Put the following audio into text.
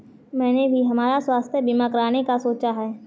मैंने भी हमारा स्वास्थ्य बीमा कराने का सोचा है